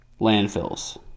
landfills